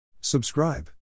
Subscribe